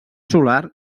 solar